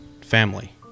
Family